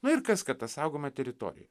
na ir kas kad ta saugoma teritorija